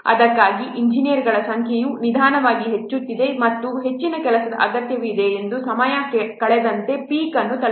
ಅದಕ್ಕಾಗಿಯೇ ಇಂಜಿನಿಯರ್ಗಳ ಸಂಖ್ಯೆಯು ನಿಧಾನವಾಗಿ ಹೆಚ್ಚುತ್ತಿದೆ ಮತ್ತು ಹೆಚ್ಚಿನ ಕೆಲಸದ ಅಗತ್ಯವಿದೆ ಎಂದು ಸಮಯ ಕಳೆದಂತೆ ಪೀಕ್ ಅನ್ನು ತಲುಪುತ್ತದೆ